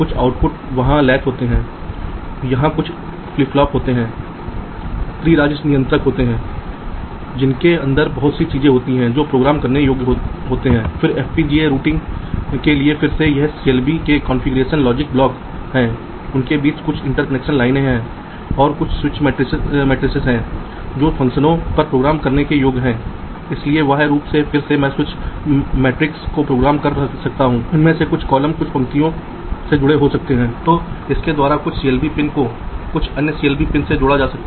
अब मैं जो कह रहा हूं वह यह है कि अगर तुम यहां देख रहे हो तो तुमने क्या किया है इसलिए हम नीले धातु का उपयोग कर रहे हैं हमारे VDD और ग्राउंड कनेक्शन को रूट करने के लिए कुछ धातु की परत लेकिन चैनल रूटिंग के दौरान भी हम उस धातु की परत का पुन उपयोग कर रहे हैं जहाँ आप कर सकते हैं